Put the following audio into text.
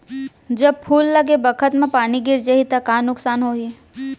जब फूल लगे बखत म पानी गिर जाही त का नुकसान होगी?